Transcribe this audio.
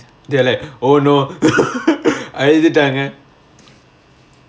there like oh no அழுதுட்டாங்க:aluthuttaanga